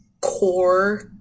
core